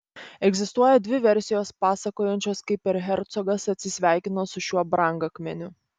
egzistuoja dvi versijos pasakojančios kaip erchercogas atsisveikino su šiuo brangakmeniu